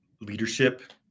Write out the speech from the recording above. leadership